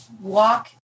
walk